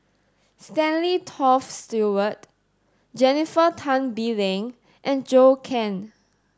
Stanley Toft Stewart Jennifer Tan Bee Leng and Zhou Can